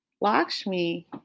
Lakshmi